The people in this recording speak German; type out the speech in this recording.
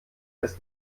ist